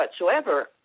whatsoever